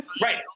Right